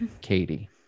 Katie